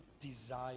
desire